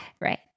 Right